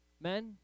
Men